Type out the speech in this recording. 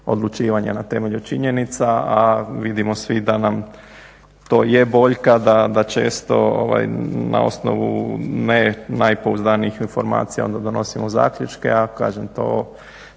na temelju činjenica a vidimo svi da nam to je boljka, da često na osnovu ne najpouzdanijih informacija onda donosimo zaključke. A kažem to